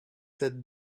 that